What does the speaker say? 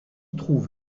trouve